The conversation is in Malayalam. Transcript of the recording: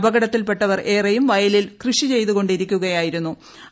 അപകടത്തിൽപെട്ടവ്വർ ഏറെയും വയലിൽ കൃഷി ചെയ്തുകൊണ്ടിരിക്കുകയായിരുന്നു്